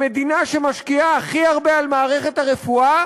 המדינה שמשקיעה הכי הרבה במערכת הרפואה